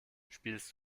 spielst